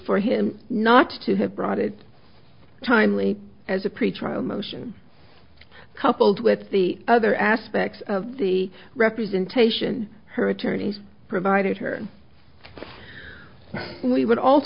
for him not to have brought it timely as a pretrial motion coupled with the other aspects of the representation her attorneys provided her we would al